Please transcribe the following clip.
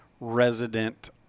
resident